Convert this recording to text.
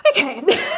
Okay